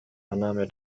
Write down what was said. annahme